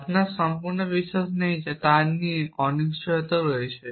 আপনার সম্পূর্ণ বিশ্বাস নেই যা নিয়ে অনিশ্চয়তা রয়েছে